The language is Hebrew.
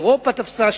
אירופה תפסה,